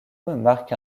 marque